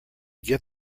get